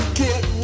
get